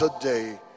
today